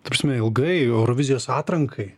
ta prasme ilgai eurovizijos atrankai